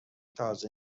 تازه